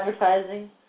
advertising